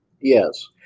Yes